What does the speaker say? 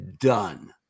done